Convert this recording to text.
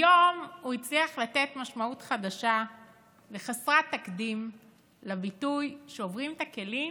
היום הוא הצליח לתת משמעות חדשה וחסרת תקדים לביטוי: שוברים את הכלים